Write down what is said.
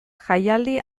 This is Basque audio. jaialdi